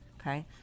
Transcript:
okay